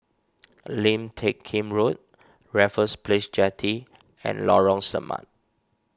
Lim Teck Kim Road Raffles Place Jetty and Lorong Samak